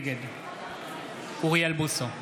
נגד אוריאל בוסו,